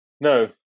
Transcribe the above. No